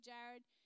Jared